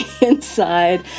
inside